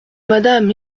madame